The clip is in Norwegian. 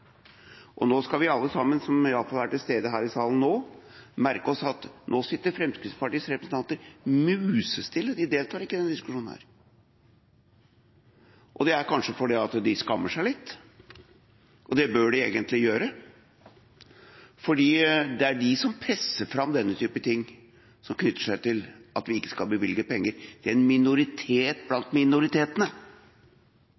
ned. Nå skal vi alle sammen, iallfall vi som er til stede her i salen nå, merke oss at nå sitter Fremskrittspartiets representanter musestille. De deltar ikke i denne diskusjonen. Det er kanskje fordi de skammer seg litt? Det bør de egentlig gjøre, for det er de som presser fram denne typen ting, knyttet til at vi ikke skal bevilge penger til en minoritet blant minoritetene.